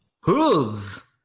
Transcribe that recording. Hooves